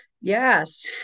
yes